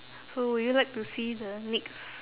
so would you like to see the next